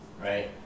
right